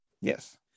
Yes